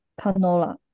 Canola